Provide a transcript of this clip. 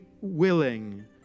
willing